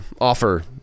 offer